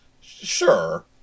Sure